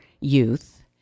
youth